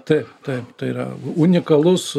taip taip tai yra unikalus